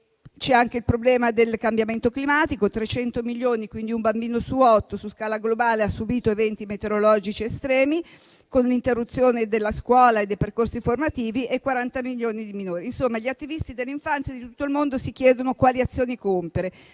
C'è anche il problema del cambiamento climatico: 300 milioni di bambini - quindi uno su otto - su scala globale hanno subito eventi meteorologici estremi con l'interruzione del percorso scolastico e dei percorsi formativi e 40 milioni di minori. Insomma, gli attivisti dell'infanzia di tutto il mondo si chiedono quali azioni compiere